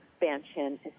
expansion